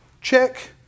Check